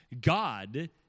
God